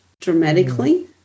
dramatically